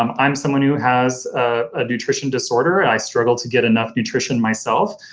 um i'm someone who has a nutrition disorder, i struggle to get enough nutrition myself,